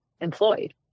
employed